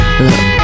Look